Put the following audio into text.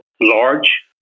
large